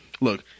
look